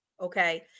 Okay